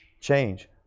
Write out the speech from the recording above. change